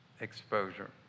exposure